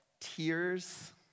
tears